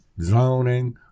zoning